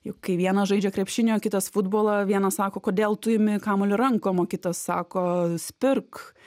juk kai vienas žaidžia krepšinį o kitas futbolą vienas sako kodėl tu imi kamuolį rankom o kitas sako spirk